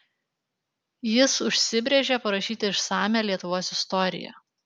jis užsibrėžė parašyti išsamią lietuvos istoriją